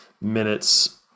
minutes